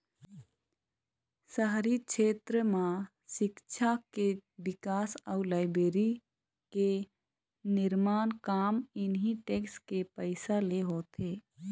शहरी छेत्र म सिक्छा के बिकास अउ लाइब्रेरी के निरमान काम इहीं टेक्स के पइसा ले होथे